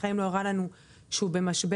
בחיים לא הראה לנו שהוא במשבר.